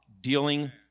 dealing